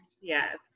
Yes